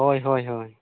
ᱦᱳᱭ ᱦᱳᱭ